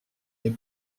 est